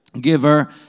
giver